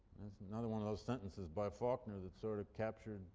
another one of those sentences by faulkner that sort of captured